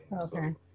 okay